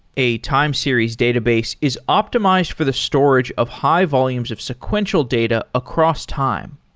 a time series database is optimized for the storage of high volumes of sequential data across time.